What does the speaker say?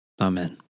Amen